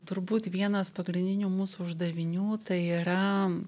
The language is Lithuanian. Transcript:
turbūt vienas pagrindinių mūsų uždavinių tai yra